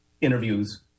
interviews